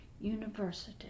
University